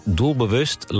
doelbewust